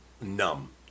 numb